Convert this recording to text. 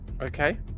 Okay